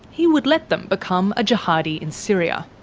he would let them become a jihadi in syria.